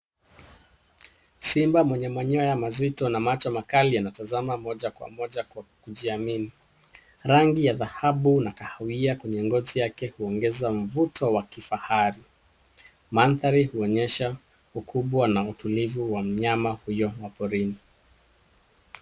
Simba mwenye manyoya mazito na macho makali anatazama moja kwa moja kwa kujiamini. Rangi ya dhahabu na kahawia kwenye ngozi yake huongeza mvuto wa kifahari. Mandhari huonyesha ukubwa na utulivu wa mnyama huyo wa porini.